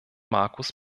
markus